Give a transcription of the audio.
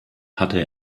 hatte